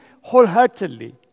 wholeheartedly